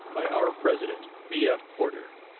by our president, b. f. porter,